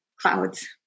clouds